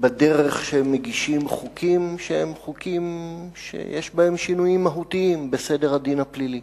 בדרך שמגישים חוקים שיש בהם שינויים מהותיים בסדר הדין הפלילי.